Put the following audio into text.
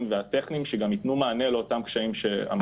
והטכניים שגם יתנו מענה לאותם קשיים שעמדתי עליהם.